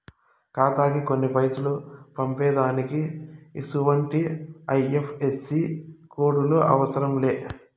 ఖాతాకి కొన్ని పైసలు పంపేదానికి ఎసుమంటి ఐ.ఎఫ్.ఎస్.సి కోడులు అవసరం లే